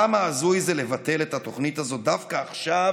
כמה הזוי זה לבטל את התוכנית הזאת דווקא עכשיו,